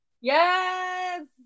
Yes